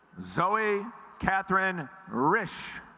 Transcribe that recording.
zoe katherine rich